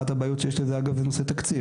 אחת הבעיות שיש בנושא היא סביב תקציב.